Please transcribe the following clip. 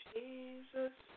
Jesus